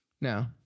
No